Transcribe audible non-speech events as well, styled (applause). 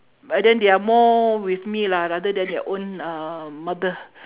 and then they are more with me lah rather than their own uh mother (breath)